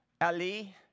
Ali